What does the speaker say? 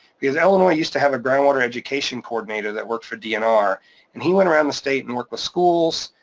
because illinois used to have a ground water education coordinator that worked for dnr, and he went around the state and worked with schools.